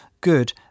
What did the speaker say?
good